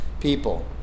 people